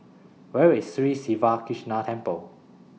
Where IS Sri Siva Krishna Temple